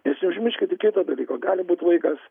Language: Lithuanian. nes neužmirškit ir kito dalyko gali būt vaikas